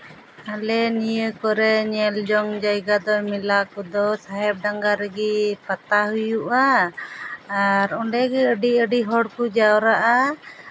ᱟᱞᱮ ᱱᱤᱭᱟᱹ ᱠᱚᱨᱮᱫ ᱧᱮᱞ ᱡᱚᱝ ᱡᱟᱭᱜᱟ ᱫᱚ ᱢᱮᱞᱟ ᱠᱚᱫᱚ ᱥᱟᱦᱮᱵᱽᱰᱟᱝᱜᱟ ᱨᱮᱜᱮ ᱯᱟᱛᱟ ᱦᱩᱭᱩᱜᱼᱟ ᱟᱨ ᱚᱰᱮᱜᱮ ᱟᱹᱰᱤ ᱟᱹᱰᱤ ᱦᱚᱲ ᱠᱚ ᱡᱟᱣᱨᱟᱜᱼᱟ